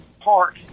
Park